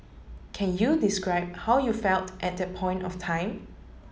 can you describe how you felt at that point of time